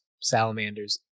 salamanders